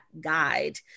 Guide